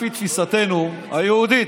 לפי תפיסתנו היהודית,